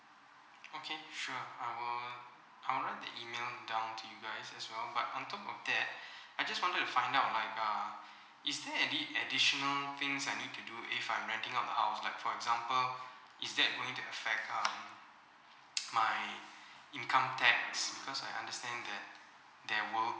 okay sure I will I would like to email down to you guys as well but on top of that I just wanted to find out like uh is there any additional things I need to do if I'm renting out the house like for example is that going to affect um my income tax because I understand that there would